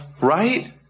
right